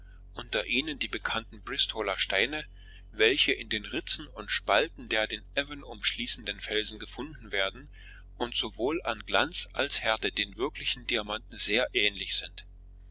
unter ihnen die bekannten bristoler steine welche in den ritzen und spalten der den avon umschließenden felsen gefunden werden und sowohl an glanz als härte den wirklichen diamanten sehr ähnlich sind